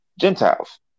Gentiles